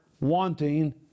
wanting